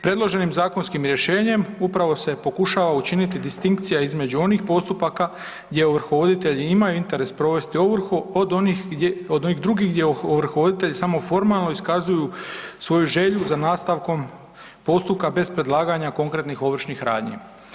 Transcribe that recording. Predloženim zakonskim rješenjem upravo se pokušava distinkcija između onih postupaka gdje ovrhovoditelji imaju interes provesti ovrhu od onih drugih gdje ovrhovoditelji samo formalno iskazuju svoju želju za nastavkom postupka bez predlaganja konkretnih ovršnih radnji.